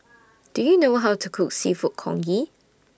Do YOU know How to Cook Seafood Congee